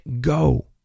go